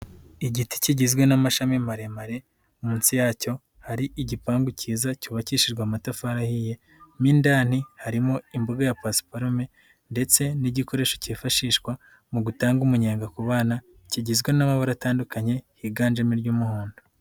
Igiti kigizwe n'amashami maremare munsi yacyo hari igipangu kiza cyubakishijwe amatafari ahiye mo indani harimo imbuga ya pasiparume ndetse n'igikoresho kifashishwa mu gutanga umunyenga ku bana kigizwe n'amabara atandukanye higanjemo iry'umuhondo.